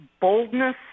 Boldness